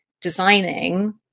designing